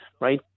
Right